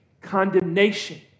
condemnation